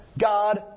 God